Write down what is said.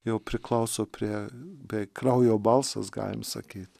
jau priklauso prie kraujo balsas galim sakyt